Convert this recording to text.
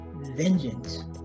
vengeance